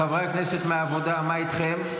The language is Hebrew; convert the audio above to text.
חברי הכנסת מהעבודה, מה איתכם?